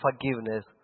forgiveness